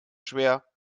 schwer